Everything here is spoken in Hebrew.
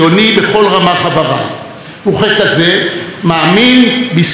מאמין בזכויות אזרח ובשלטון החוק,